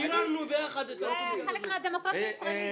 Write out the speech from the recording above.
חלק מהדמוקרטיה הישראלית.